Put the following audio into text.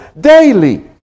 daily